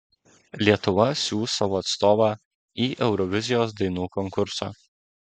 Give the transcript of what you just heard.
lietuva siųs savo atstovą į eurovizijos dainų konkursą